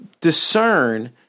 discern